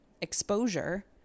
exposure